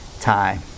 time